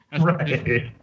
Right